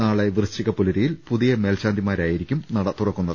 നാളെ വൃശ്ചി കപ്പുലരിയിൽ പുതിയ മേൽശാന്തിമാരായിരിക്കും നട തുറക്കുന്നത്